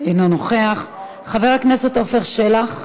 אינו נוכח, חבר הכנסת עפר שלח,